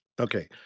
Okay